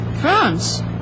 France